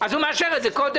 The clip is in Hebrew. אז הוא מאשר את זה קודם.